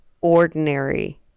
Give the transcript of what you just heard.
ordinary